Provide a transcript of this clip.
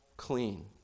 clean